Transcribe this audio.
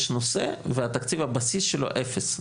יש נושא, ותקציב הבסיס שלו אפס.